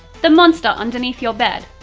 the monster underneath your bed,